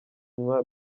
nywa